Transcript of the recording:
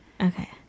Okay